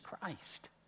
Christ